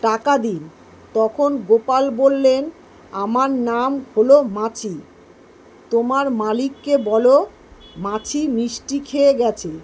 টাকা দিন তখন গোপাল বললেন আমার নাম হল মাছি তোমার মালিককে বল মাছি মিষ্টি খেয়ে গিয়েছে